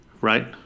Right